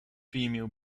female